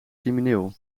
crimineel